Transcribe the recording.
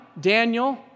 Daniel